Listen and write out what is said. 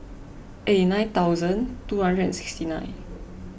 eight nine thousand two hundred and sixty nine